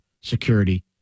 security